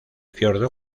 fiordo